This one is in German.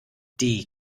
die